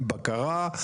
עם בקרה,